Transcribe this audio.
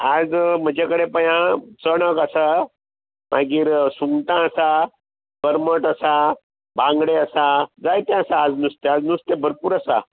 आयज म्हजे कडेन पळय आं चोणक आसा मागीर सुंगटां आसा करमट आसा बांगडे आसा जायते आसा आज नुस्तें आयज नुस्तें भरपूर आसा